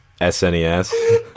SNES